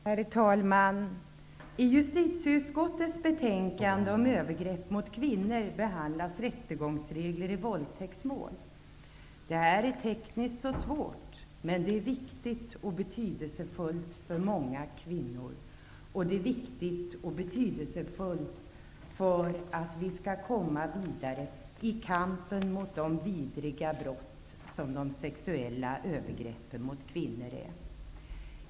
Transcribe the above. Herr talman! I justitieutskottets betänkande om övergrepp mot kvinnor behandlas rättegångsregler i våldtäktsmål. Detta är tekniskt och svårt, men det är viktigt och betydelsefullt för många kvinnor, och det är viktigt och betydelsefullt för att vi skall komma vidare i kampen mot de vidriga brott som de sexuella övergreppen mot kvinnor är.